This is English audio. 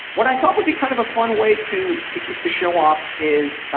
what i thought would be kind of a fun way to to kick the show off is